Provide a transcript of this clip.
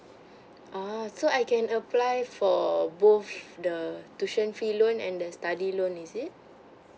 uh so I can apply for both the tuition fee loan and the study loan is it